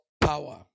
power